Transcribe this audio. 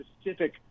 specific